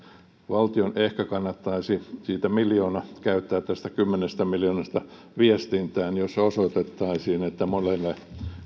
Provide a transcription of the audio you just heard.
valtion ehkä kannattaisi miljoona käyttää tästä kymmenestä miljoonasta viestintään jossa osoitettaisiin että monen